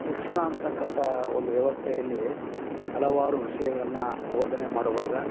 ಶಿಕ್ಷಣ ಅಂತಕ್ಕಂಥ ಒಂದು ವ್ಯವಸ್ಥೆಯಲ್ಲಿ ಹಲವಾರು ವಿಷಯಗಳನ್ನು ಬೋಧನೆ ಮಾಡುವಾಗ